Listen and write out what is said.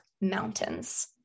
mountains